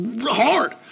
hard